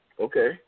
Okay